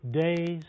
days